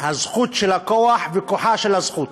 הזכות של הכוח וכוחה של הזכות.